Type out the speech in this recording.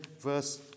verse